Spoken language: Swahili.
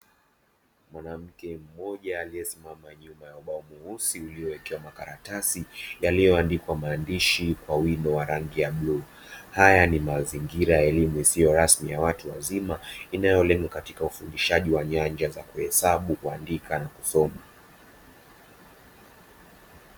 Mwanamke mmoja aliye simama nyuma ya ubao mweusi ulio wekewa makaratasi yaliyo andikwa maandishi kwa wino wa rangi ya bluu. Haya ni mazingira ya elimu isiyo rasmi ya watu wazima inayolenga katika ufundishaji wa nyanja za kuhesabu, kuandika na kusoma.